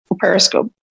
Periscope